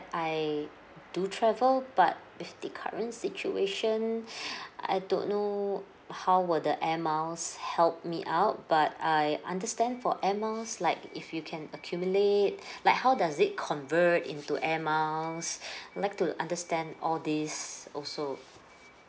I do travel but with the current situation I don't know how will the air miles help me out but I understand for air miles like if you can accumulate like how does it convert into air miles like to understand all this also